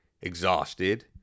exhausted